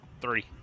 Three